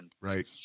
Right